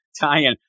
tie-in